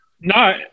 No